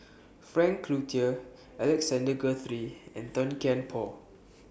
Frank Cloutier Alexander Guthrie and Tan Kian Por